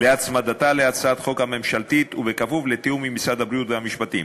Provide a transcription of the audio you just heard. להצמדתה להצעת החוק הממשלתית וכפוף לתיאום עם משרד הבריאות ומשרד המשפטים,